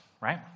right